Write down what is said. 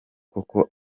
koko